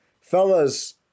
Fellas